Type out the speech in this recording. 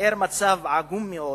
שתיאר מצב עגום מאוד,